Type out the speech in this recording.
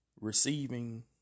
receiving